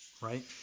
right